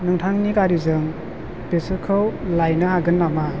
नोंथांनि गारिजों बिसोरखौ लायनो हागोन नामा